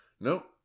No